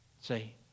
Say